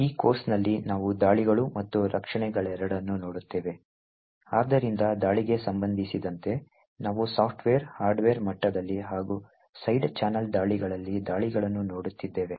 ಈ ಕೋರ್ಸ್ನಲ್ಲಿ ನಾವು ದಾಳಿಗಳು ಮತ್ತು ರಕ್ಷಣೆಗಳೆರಡನ್ನೂ ನೋಡುತ್ತೇವೆ ಆದ್ದರಿಂದ ದಾಳಿಗೆ ಸಂಬಂಧಿಸಿದಂತೆ ನಾವು ಸಾಫ್ಟ್ವೇರ್ ಹಾರ್ಡ್ವೇರ್ ಮಟ್ಟದಲ್ಲಿ ಹಾಗೂ ಸೈಡ್ ಚಾನೆಲ್ ದಾಳಿಗಳಲ್ಲಿ ದಾಳಿಗಳನ್ನು ನೋಡುತ್ತಿದ್ದೇವೆ